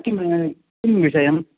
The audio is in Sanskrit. किं किं विषयम्